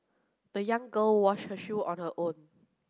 the young girl washed her shoe on her own